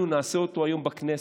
אנחנו נעשה אותו היום בכנסת.